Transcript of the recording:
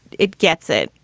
it gets it,